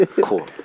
Cool